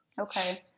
Okay